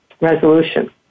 resolution